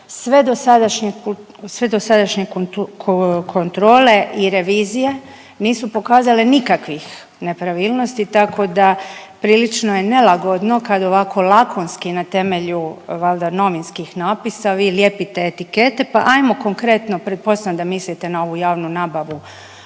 Sve dosadašnje kontrole i revizije nisu pokazale nikakvih nepravilnosti tako da prilično je nelagodno kad ovako lakonski na temelju valjda namjenskih napisa vi lijepite etikete, pa ajmo konkretno pretpostavljam da mislite na ovu javnu nabavu